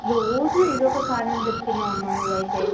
రోజు ఎదో ఒక కారణం చెప్తున్నావమ్మ నువ్వు అయితే